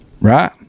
Right